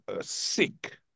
sick